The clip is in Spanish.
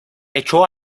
echó